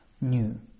new